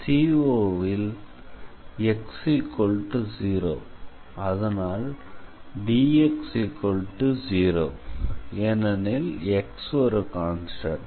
COல் x0 அதனால் dx0 ஏனெனில் x ஒரு கான்ஸ்டண்ட்